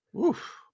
oof